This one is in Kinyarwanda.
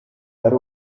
ari